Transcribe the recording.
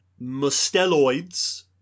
musteloids